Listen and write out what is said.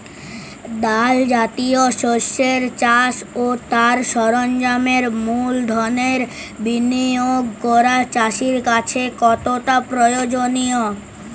ডাল জাতীয় শস্যের চাষ ও তার সরঞ্জামের মূলধনের বিনিয়োগ করা চাষীর কাছে কতটা প্রয়োজনীয়?